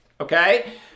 Okay